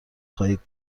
خواهید